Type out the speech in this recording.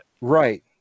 right